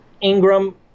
Ingram